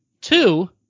Two